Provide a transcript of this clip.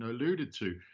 alluded to,